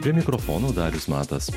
prie mikrofono darius matas